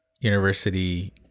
University